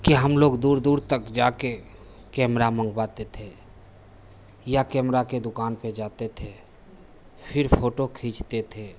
कि हम लोग दूर दूर तक जाकर कैमरा मँगवाते थे या कैमरा के दुकान पर जाते थे फ़िर फ़ोटो खींचते थे